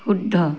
শুদ্ধ